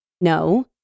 No